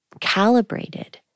calibrated